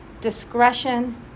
discretion